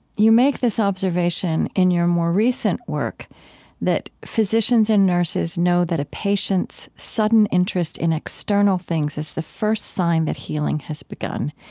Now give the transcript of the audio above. you make this observation in your more recent work that physicians and nurses know that a patient's sudden interest in external things is the first sign that healing has begun.